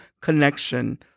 connection